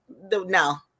No